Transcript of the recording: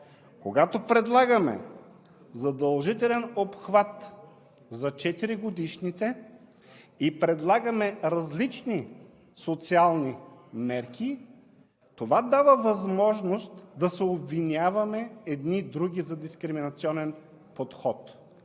Когато предлагаме задължителен обхват за четиригодишните и предлагаме различни социални мерки, това дава възможност да се обвиняваме едни други за дискриминационен подход.